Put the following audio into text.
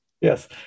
Yes